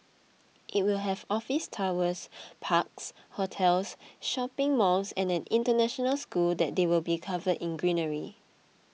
it will have office towers parks hotels shopping malls and an international school that they will be covered in greenery